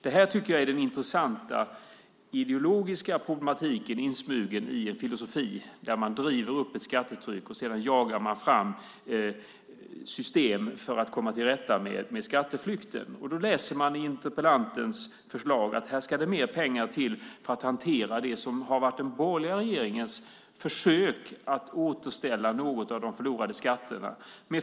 Det är den intressanta ideologiska problematiken som är insmugen i en filosofi där man driver upp ett skattetryck, och sedan jagar man system för att komma till rätta med skatteflykten. I interpellantens förslag kan man läsa att det ska mer pengar till för att hantera det som har varit den borgerliga regeringens försök att återställa något av de förlorade skatterna.